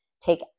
take